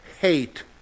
hate